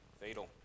fatal